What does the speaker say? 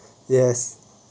yes